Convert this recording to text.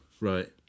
right